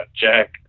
Jack